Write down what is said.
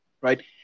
Right